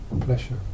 pleasure